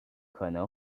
可能